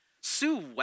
Sue